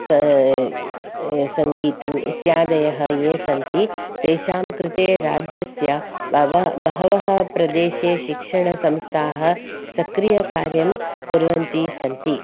स सङ्गीतम् इत्यादयः ये सन्ति तेषां कृते राज्यस्य बव बहवः प्रदेशे शिक्षणसंस्थाः सक्रियकार्यं कुर्वन्ती सन्ति